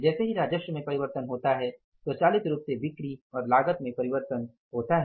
जैसे ही राजस्व में परिवर्तन होता है स्वचालित रूप से बिक्री और लागत में परिवर्तन होता है